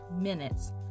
minutes